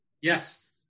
yes